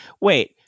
wait